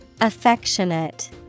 Affectionate